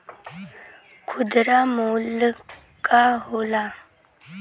खुदरा मूल्य का होला?